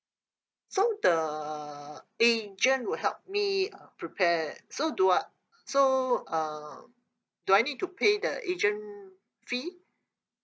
so the agent will help me uh prepare so do I so uh do I need to pay the agent fee